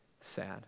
sad